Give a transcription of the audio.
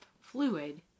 fluid